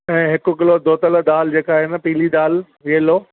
ऐं हिकु किलो धोतल दाल जेका आहे न पीली दाल येलो